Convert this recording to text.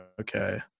Okay